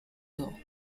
sir